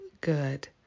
good